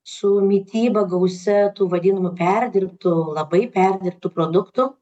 su mityba gausia tų vadinamų perdirbtų labai perdirbtų produktų